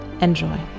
Enjoy